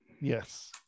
Yes